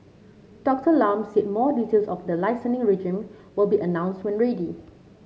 Doctor Lam said more details of the regime will be announced when ready